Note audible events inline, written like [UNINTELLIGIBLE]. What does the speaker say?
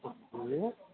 [UNINTELLIGIBLE]